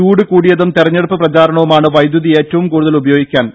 ചൂട് കൂടിയതും തെരഞ്ഞെടുപ്പ് പ്രചാരണവുമാണ് വൈദ്യുതി ഏറ്റവും കൂടുതൽ ഉപയോഗിക്കാൻ ഇടയാക്കിയത്